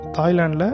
Thailand